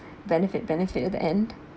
benefit benefit at the end